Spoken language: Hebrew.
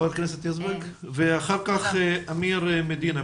חברת הכנסת יזבק ואחר כך מר מדינה,